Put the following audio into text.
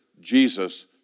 Jesus